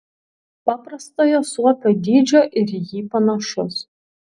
paprastojo suopio dydžio ir į jį panašus